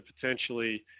potentially